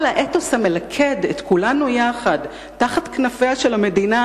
אבל האתוס המלכד את כולנו יחד תחת כנפיה של המדינה